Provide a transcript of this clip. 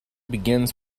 begins